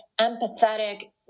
empathetic